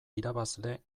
irabazle